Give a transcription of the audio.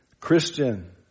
Christian